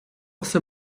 все